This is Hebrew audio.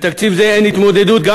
בתקציב זה אין התמודדות עם הקרטלים,